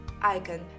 Icon